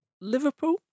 Liverpool